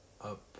up